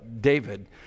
David